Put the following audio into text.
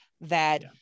that-